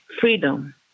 freedom